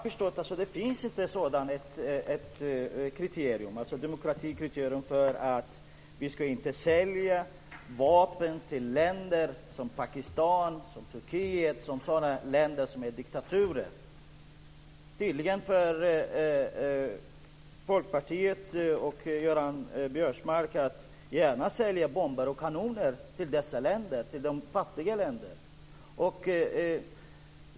Fru talman! Men vad jag har förstått finns det inte något demokratikriterium för att vi inte ska sälja vapen till länder som Pakistan och Turkiet, dvs. länder som är diktaturer. Tydligen kan Folkpartiet och Karl-Göran Biörsmark gärna sälja bomber och kanoner till fattiga länder.